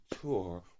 tour